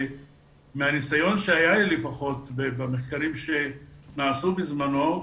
מהניסיון שהיה לי לפחות במחקרים שנעשו בזמנו,